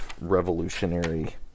revolutionary